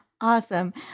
Awesome